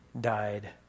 died